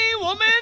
woman